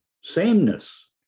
sameness